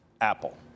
Apple